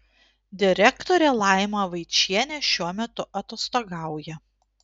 direktorė laima vaičienė šiuo metu atostogauja